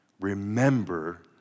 remember